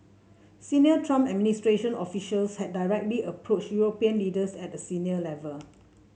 Senior Trump administration officials had directly approached European leaders at a senior level